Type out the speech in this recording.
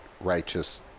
righteous